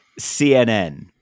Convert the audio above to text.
CNN